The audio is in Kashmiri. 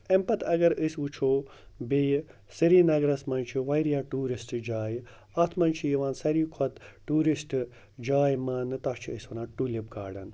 اَمہِ پَتہٕ اگر أسۍ وٕچھو بیٚیہِ سرینَگرَس منٛز چھِ واریاہ ٹوٗرِسٹ جایہِ اَتھ منٛز چھِ یِوان ساروی کھۄتہٕ ٹوٗرِسٹ جاے مانٛنہٕ تَتھ چھِ أسۍ وَنان ٹُلِپ گاڈَن